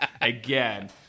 again